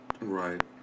right